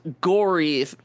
gory